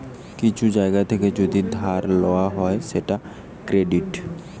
কিছু জায়গা থেকে যদি ধার লওয়া হয় সেটা ক্রেডিট